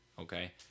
okay